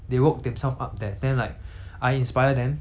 but but they're not my inspiration